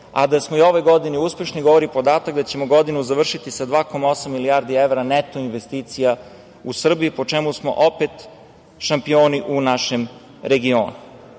smo i ove godine uspešni, govori podatak da ćemo godinu završiti sa 2,8 milijardi evra neto investicija u Srbiji, po čemu smo opet šampioni u našem regionu. Uradili